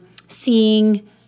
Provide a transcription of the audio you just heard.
seeing